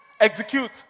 execute